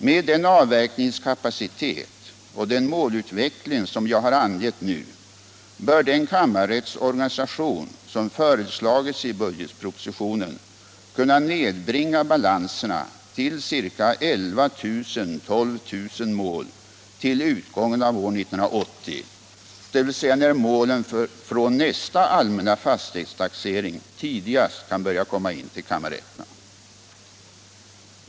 Med den avverkningskapacitet och den målutveckling som jag angett nu bör den kammarrättsorganisation som föreslagits i budgetpropositionen kunna nedbringa balanserna till ca 11 000-12 000 mål till utgången av år 1980, dvs. när målen från nästa allmänna fastighetstaxering tidigast kan börja komma in till kammarrätterna.